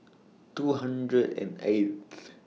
two hundred and eighth